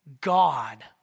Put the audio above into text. God